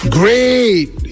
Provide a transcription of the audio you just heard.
great